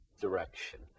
direction